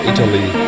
Italy